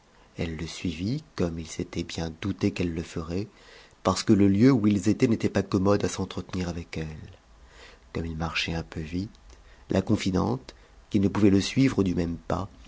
elle le suivit comme il s'était bien douté qu'elle le ferait parce que le lieu où ils étaient n'était pas commode à s'entretenir avec elle comme il marchait un peu vite là confidente qui ne pouvait le suivre du même pas